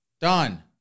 done